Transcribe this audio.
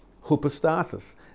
Hypostasis